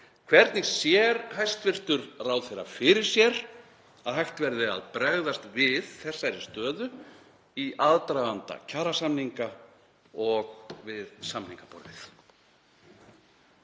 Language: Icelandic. Hvernig sér hæstv. ráðherra fyrir sér að hægt verði að bregðast við þessari stöðu í aðdraganda kjarasamninga og við samningaborðið?